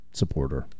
supporter